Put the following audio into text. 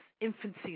infancy